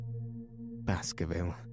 Baskerville